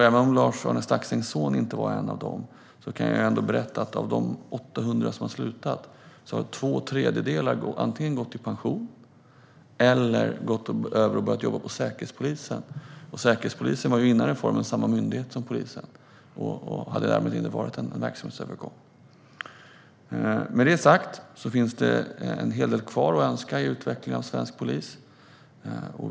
Även om Lars-Arne Staxängs son inte var en av dem kan jag berätta att av de 800 som har slutat har två tredjedelar antingen gått i pension eller gått över till att arbeta på Säkerhetspolisen. Säkerhetspolisen tillhörde ju före reformen samma myndighet som polisen, så detta hade tidigare inte inneburit en verksamhetsövergång. Med detta sagt finns det en hel del kvar att önska i utvecklingen av svensk polis.